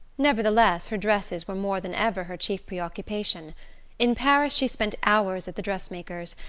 nevertheless her dresses were more than ever her chief preoccupation in paris she spent hours at the dressmaker's,